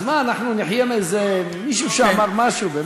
אז מה, אנחנו נחיה מאיזה מישהו שאמר משהו?